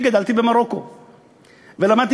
אני גדלתי במרוקו ולמדתי,